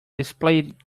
displayed